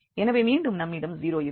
எனவே மீண்டும் நம்மிடம் 0 இருக்கும்